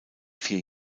vier